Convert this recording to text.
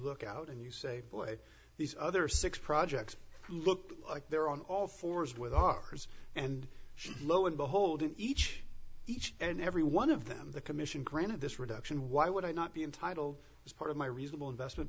look out and you say boy these other six projects look like they're on all fours with ours and lo and behold in each each and every one of them the commission granted this reduction why would i not be entitled is part of my reason investment